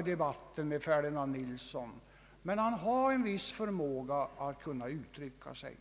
i debatten. Men herr Ferdinand Nilsson har en viss förmåga att uttrycka sig.